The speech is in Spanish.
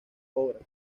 obras